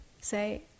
say